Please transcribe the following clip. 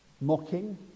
mocking